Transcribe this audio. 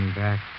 back